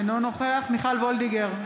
אינו נוכח מיכל וולדיגר,